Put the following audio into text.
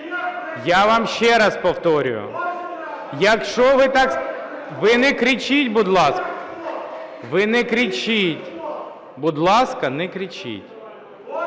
Я вам ще раз повторюю, якщо ви так... Ви не кричіть, будь ласка! Ви не кричіть. Будь ласка, не кричіть.